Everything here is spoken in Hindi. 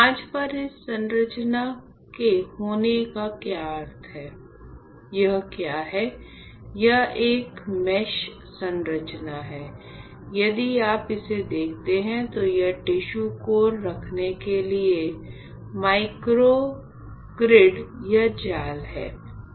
कांच पर इस संरचना के होने का क्या अर्थ है यह क्या है यह एक मेष संरचना है यदि आप इसे देखते हैं तो ये टिश्यू कोर रखने के लिए माइक्रोग्रिड या जाल हैं